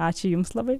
ačiū jums labai